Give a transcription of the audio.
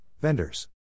vendors